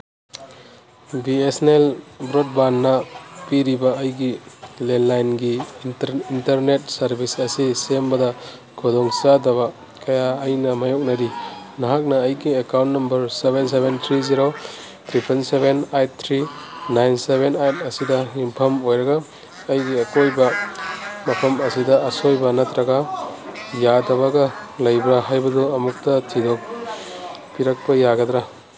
B S N L ꯕ꯭ꯔꯑꯣꯠꯕꯦꯟꯅ ꯄꯤꯔꯤꯕ ꯑꯩꯒꯤ ꯂꯦꯂꯥꯏꯟꯒꯤ ꯏꯟꯇꯔꯅꯦꯠ ꯁꯔꯚꯤꯁ ꯑꯁꯤ ꯁꯦꯝꯕꯗ ꯈꯨꯗꯣꯡꯆꯥꯗꯕ ꯀꯌꯥ ꯑꯩꯅ ꯃꯥꯌꯣꯛꯅꯔꯤ ꯅꯍꯥꯛꯅ ꯑꯩꯒꯤ account number seven seven three zero ꯇ꯭ꯔꯤꯄꯟ seven eight three nine seven eight ꯑꯁꯤꯗ ꯌꯨꯝꯐꯝ ꯑꯣꯏꯔꯒ ꯑꯩꯒꯤ ꯑꯀꯣꯏꯕ ꯃꯐꯝ ꯑꯁꯤꯗ ꯑꯁꯣꯏꯕ ꯅꯠꯇ꯭ꯔꯒ ꯌꯥꯗꯕꯒ ꯂꯩꯕ꯭ꯔ ꯍꯥꯏꯕꯗꯨ ꯑꯃꯨꯛꯇ ꯊꯤꯗꯣꯛꯄꯤꯔꯛꯄ ꯌꯥꯒꯗ꯭ꯔ